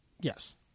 Yes